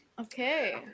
Okay